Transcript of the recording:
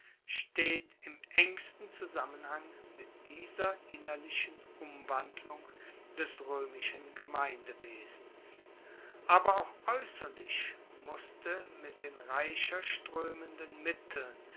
steht im engsten zusammenhang mit dieser innerlichen umwandlung des roemischen gemeindewesens aber auch aeusserlich musste mit den reicher stroemenden mitteln